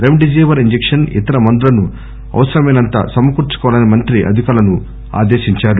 REM deceiver injection ఇతర మందులను అవసరమైనంత సమకూర్సుకోవాలని మంత్రి అధికారును కోరారు